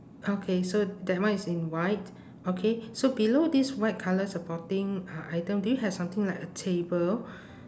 okay so that one is in white okay so below this white colour supporting uh item do you have something like a table